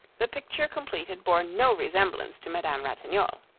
the picture completed bore no resemblance to madame ratignolle.